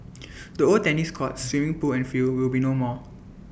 the old tennis courts swimming pool and field will be no more